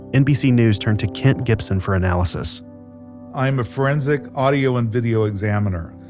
nbc news turned to kent gibson for analysis i'm a forensic audio and video examiner.